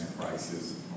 prices